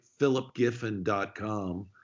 philipgiffen.com